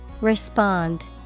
Respond